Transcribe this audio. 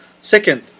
Second